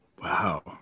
Wow